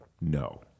no